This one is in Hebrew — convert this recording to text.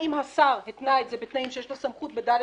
או אם השר התנה את זה בתנאים שיש לו סמכות ב(ד)